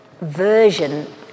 version